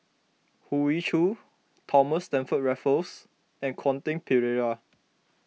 Hoey Choo Thomas Stamford Raffles and Quentin Pereira